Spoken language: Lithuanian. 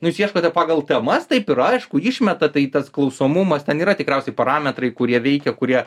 nu jūs ieškote pagal temas taip yra aišku išmeta tai tas klausomumas ten yra tikriausiai parametrai kurie veikia kurie